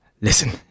Listen